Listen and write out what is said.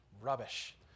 rubbish